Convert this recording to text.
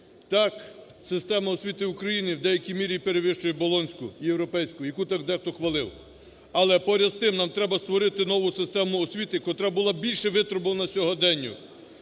Так система освіти в Україні в деякій мірі перевищує Болонську, європейську, яку так дехто хвалив. Але поряд з тим нам треба створити нову систему освіти, котра була більше витребувана сьогоденню,